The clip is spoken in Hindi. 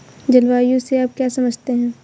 जलवायु से आप क्या समझते हैं?